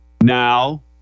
now